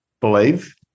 believe